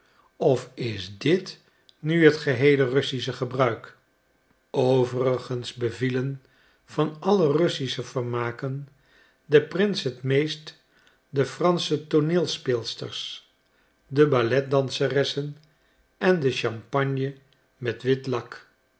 of is dit nu het geheele russische gebruik overigens bevielen van alle russische vermaken den prins het meest de fransche tooneelspeelsters de balletdanseressen en de champagne met wit lak